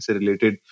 related